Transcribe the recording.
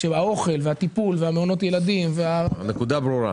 כשהאוכל והטיפול ומעונות הילדים מתווספים להוצאה?